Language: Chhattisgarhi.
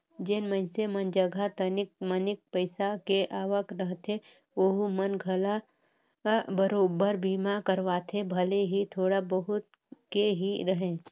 जेन मइनसे मन जघा तनिक मनिक पईसा के आवक रहथे ओहू मन घला बराबेर बीमा करवाथे भले ही थोड़ा बहुत के ही रहें